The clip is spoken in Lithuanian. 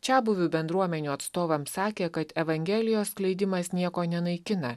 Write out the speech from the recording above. čiabuvių bendruomenių atstovams sakė kad evangelijos skleidimas nieko nenaikina